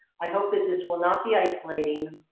i hope that this will not be isolating,